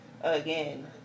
again